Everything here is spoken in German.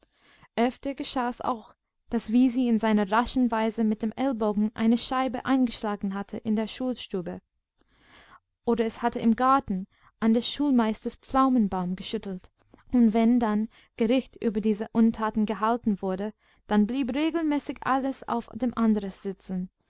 öfter geschah's auch daß wisi in seiner raschen weise mit dem ellbogen eine scheibe eingeschlagen hatte in der schulstube oder es hatte im garten an des schulmeisters pflaumenbaum geschüttelt und wenn dann gericht über diese untaten gehalten wurde dann blieb regelmäßig alles auf dem andres sitzen